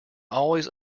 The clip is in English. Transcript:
always